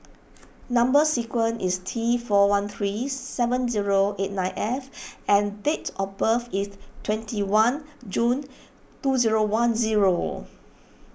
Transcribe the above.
Number Sequence is T four one three seven zero eight nine F and date of birth is twenty one June two zero one zero